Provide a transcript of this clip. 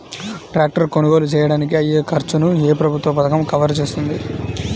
Tractor కొనుగోలు చేయడానికి అయ్యే ఖర్చును ఏ ప్రభుత్వ పథకం కవర్ చేస్తుంది?